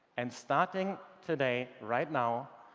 and starting today right now,